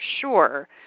sure